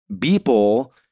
people